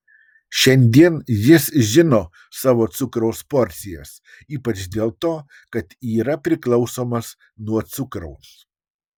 šiandien jis žino savo cukraus porcijas ypač dėl to kad yra priklausomas nuo cukraus